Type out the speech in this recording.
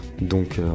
donc